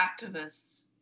activists